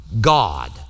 God